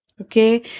Okay